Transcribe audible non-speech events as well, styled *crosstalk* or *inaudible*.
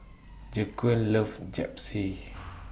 Jaquan loves Japchae *noise*